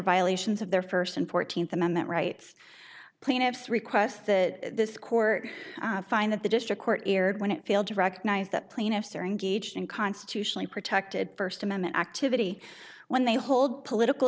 violations of their first and fourteenth amendment rights plaintiffs request that this court find that the district court aired when it failed to recognize that plaintiffs are engaged in constitutionally protected first amendment activity when they hold political